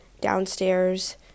downstairs